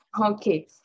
Okay